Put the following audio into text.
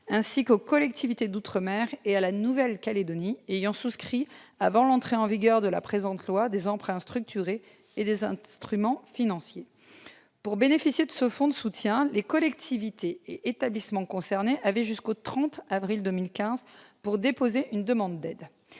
ainsi qu'aux collectivités d'outre-mer et à la Nouvelle-Calédonie, ayant souscrit avant l'entrée en vigueur de la présente loi des emprunts structurés et des instruments financiers. Pour bénéficier de ce fonds de soutien, les collectivités et établissements concernés avaient jusqu'au 30 avril 2015 pour déposer une demande d'aide.